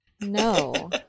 No